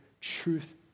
truth